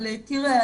אבל תראה,